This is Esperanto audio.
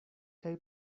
kaj